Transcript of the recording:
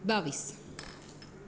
बावीस